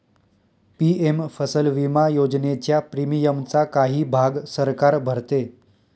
PM फसल विमा योजनेच्या प्रीमियमचा काही भाग सरकार भरते